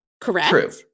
correct